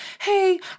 hey